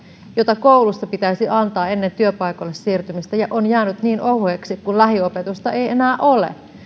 jota koulussa pitäisi antaa ennen työpaikoille siirtymistä on jäänyt niin ohueksi kun lähiopetusta ei enää ole